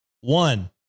One